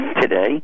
today